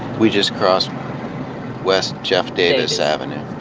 we just crossed west jeff davis avenue.